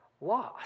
lost